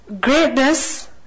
greatness